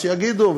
אז שיגידו,